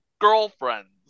girlfriends